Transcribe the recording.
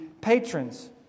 patrons